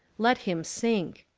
let him sink.